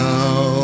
Now